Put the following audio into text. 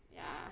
ya